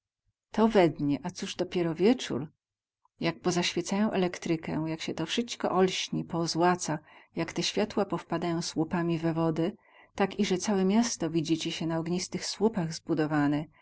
to we dnie a coz dopiero wiecór jak pozaświecają elektrykę jak sie to wsyćko olśni poozłaca jak te światła powpadają słupami we wodę tak ize całe miasto widzi ci sie na ognistych słupach zbudowane